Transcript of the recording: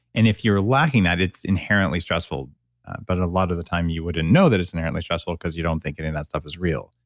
and if you're lacking that, it's inherently stressful but a lot of the time you wouldn't know that it's inherently stressful because you don't think any of that stuff is real.